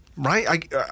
Right